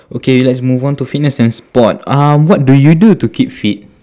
okay let's move on to fitness and sport um what do you do to keep fit